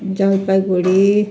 Jalpaiguri